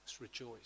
rejoice